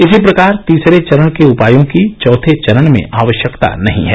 इसी प्रकार तीसरे चरण के उपायों की चौथे चरण में आवश्यकता नहीं है